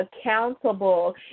accountable